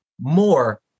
more